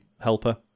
helper